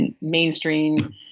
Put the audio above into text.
mainstream